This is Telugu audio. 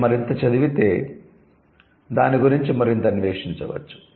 మీరు మరింత చదివితే దాని గురించి మరింత అన్వేషించవచ్చు